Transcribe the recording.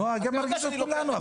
אתה יודע שאני --- זה מרגיז את כולם.